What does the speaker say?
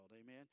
Amen